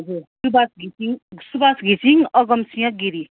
हजुर सुवास घिसिङ सुवास घिसिङ अगमसिंह गिरी